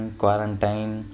quarantine